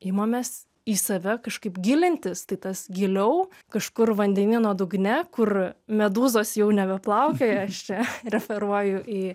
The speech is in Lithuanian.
imamės į save kažkaip gilintis tai tas giliau kažkur vandenyno dugne kur medūzos jau nebeplaukioja aš čia referuoju į